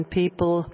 people